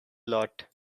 lot